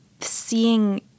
seeing